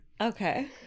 Okay